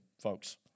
folks